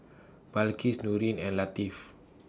Balqis Nurin and Latif